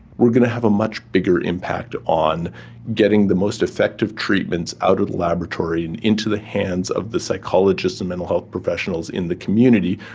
we're going to have a much bigger impact on getting the most effective treatments out of the laboratory and into the hands of the psychologists and mental health professionals in the community,